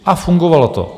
A fungovalo to.